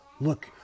Look